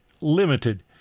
limited